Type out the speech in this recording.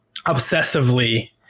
obsessively